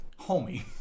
Homie